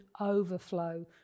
overflow